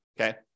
okay